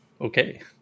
okay